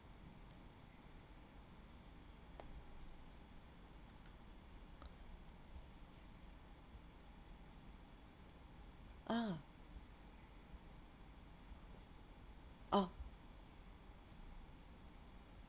ah orh